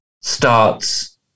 starts